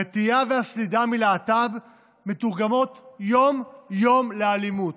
הנטייה והסלידה מלהט"ב מתורגמות יום-יום לאלימות,